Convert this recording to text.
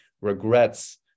regrets